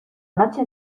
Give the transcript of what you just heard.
noche